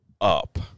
up